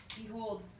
Behold